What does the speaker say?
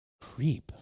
Creep